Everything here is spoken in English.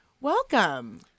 welcome